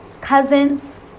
cousins